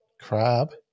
crab